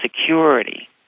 security